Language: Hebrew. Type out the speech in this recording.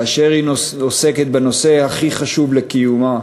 כאשר היא עוסקת בנושא הכי חשוב לקיומה,